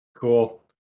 Cool